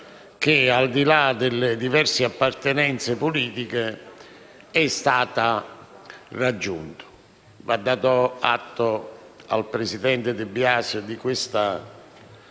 che, al di là delle diverse appartenenze politiche, è stata raggiunta. Va dato atto alla presidente De Biasi di questa